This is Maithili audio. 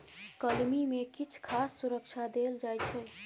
कलमी मे किछ खास सुरक्षा देल जाइ छै